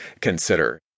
consider